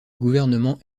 gouvernement